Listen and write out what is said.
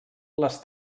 les